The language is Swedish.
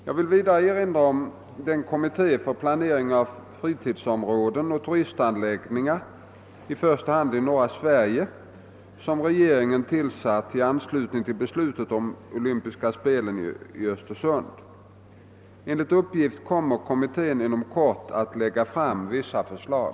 Jag vill vidare erinra om den kommitté för planering av fritidsområden och turistanläggningar i första hand i norra Sverige, som regeringen tillsatte i anslutning till beslutet om olympiska spelen i Östersund. Enligt uppgift kommer kommittén inom kort att lägga fram vissa förslag.